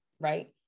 right